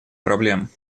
проблем